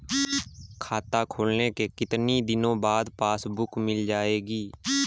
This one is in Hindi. खाता खोलने के कितनी दिनो बाद पासबुक मिल जाएगी?